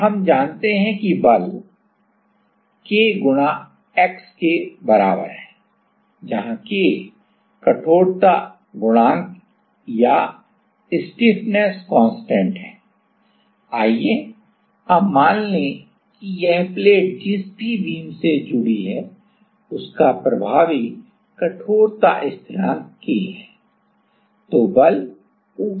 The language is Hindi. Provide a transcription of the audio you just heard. और हम जानते हैं कि बल k गुणा x के बराबर है जहां k कठोरता गुणांक है आइए अब मान लें कि यह प्लेट जिस भी बीम से जुड़ी है उसका प्रभावी कठोरता स्थिरांक k है